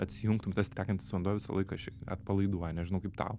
atsijungtum tas tekantis vanduo visą laiką šiaip atpalaiduoja nežinau kaip tau